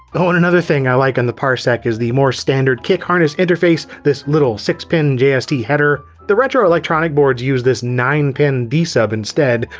oh and another thing i like on the parsec is the more standard kick harness interface, this little six pin jst header. the retroelectronik boards use this nine pin d-sub instead,